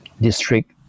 District